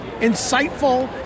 insightful